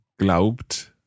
glaubt